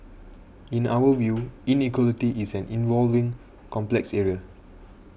in our view inequality is an evolving complex area